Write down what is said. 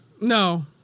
No